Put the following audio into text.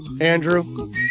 Andrew